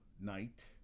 night